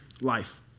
life